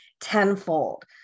tenfold